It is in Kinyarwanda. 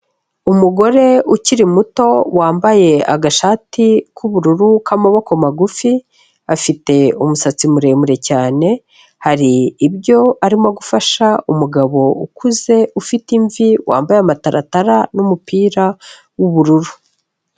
Umugore ukiri muto wambaye agashati k'ubururu k'amaboko magufi, afite umusatsi muremure cyane, hari ibyo arimo gufasha umugabo ukuze ufite imvi wambaye amataratara n'umupira w'ubururu.